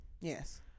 yes